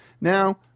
Now